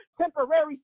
temporary